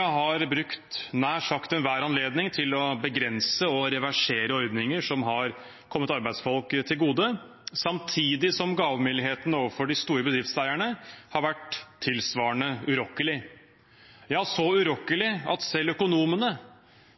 har brukt nær sagt enhver anledning til å begrense og reversere ordninger som har kommet arbeidsfolk til gode, samtidig som gavmildheten overfor de store bedriftseierne har vært tilsvarende urokkelig – ja, så urokkelig at selv økonomene,